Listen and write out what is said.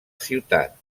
ciutat